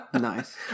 nice